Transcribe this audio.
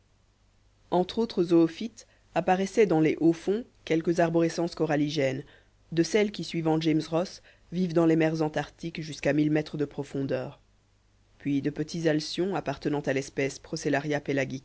entre autres zoophytes apparaissaient dans les hauts fonds quelques arborescences coralligènes de celles qui suivant james ross vivent dans les mers antarctiques jusqu'à mille mètres de profondeur puis de petits alcyons appartenant à l'espèce